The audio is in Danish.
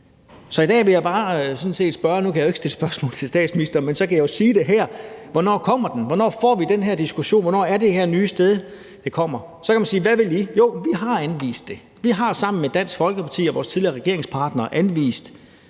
så kan jeg jo sige det her: Hvornår kommer den? Hvornår får vi den her diskussion? Hvornår kommer det her nye sted ? Så kan man spørge: Hvad vil I gøre? Det har vi anvist. Vi har sammen med Dansk Folkeparti og vores tidligere regeringspartnere anvist,